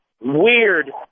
weird